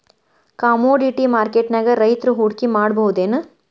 Commodity ಮಾರ್ಕೆಟ್ನ್ಯಾಗ್ ರೈತ್ರು ಹೂಡ್ಕಿ ಮಾಡ್ಬಹುದೇನ್?